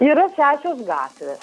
yra šešios gatvės